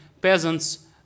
peasants